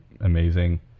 amazing